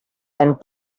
and